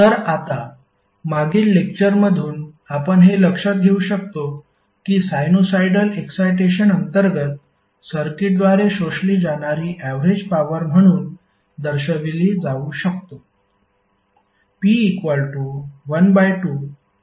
तर आता मागील लेक्चरमधून आपण हे लक्षात घेऊ शकतो की साइनुसॉईडल एक्साईटेशन अंतर्गत सर्किटद्वारे शोषली जाणारी ऍवरेज पॉवर म्हणून दर्शविली जाऊ शकतो